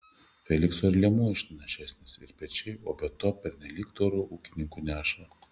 felikso ir liemuo išnašesnis ir pečiai o be to pernelyg doru ūkininku neša